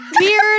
weird